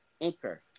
Anchor